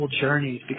journeys